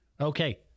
okay